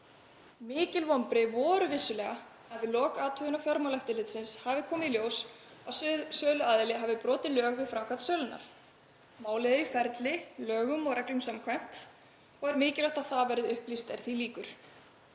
mikil vonbrigði að við lok athugunar Fjármálaeftirlitsins kom í ljós að söluaðili hafi brotið lög við framkvæmd sölunnar. Málið er í ferli, lögum og reglum samkvæmt, og er mikilvægt að það verði upplýst er því lýkur.